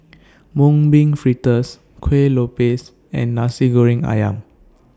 Mung Bean Fritters Kueh Lopes and Nasi Goreng Ayam